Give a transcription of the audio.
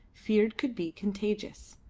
feared could be contagious.